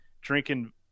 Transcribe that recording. drinking